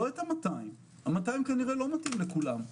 ה-200 כנראה לא מתאים לכולם.